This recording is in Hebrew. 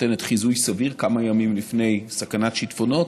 שנותנת חיזוי סביר כמה ימים לפני סכנת שיטפונות.